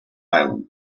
island